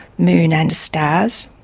moon and stars.